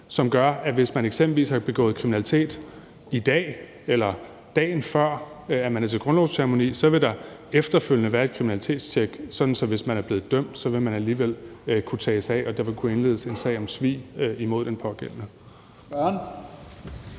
år efter. Hvis man eksempelvis har begået kriminalitet i dag, eller dagen før man er til grundlovsceremoni, vil der efterfølgende være et kriminalitetstjek, sådan at hvis man er blevet dømt, vil man alligevel kunne tages af, og der vil kunne indledes en sag om svig imod den pågældende.